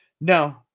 No